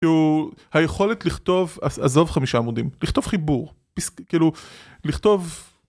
היכולת לכתוב עזוב חמישה עמודים, לכתוב חיבור כאילו לכתוב.